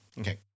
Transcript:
Okay